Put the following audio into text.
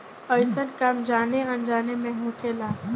अइसन काम जाने अनजाने मे होखेला